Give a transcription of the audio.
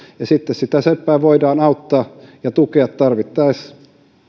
ja sitten sitä seppää voidaan auttaa ja tukea tarvittaessa